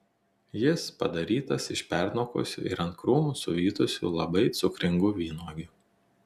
jis padarytas iš pernokusių ir ant krūmo suvytusių labai cukringų vynuogių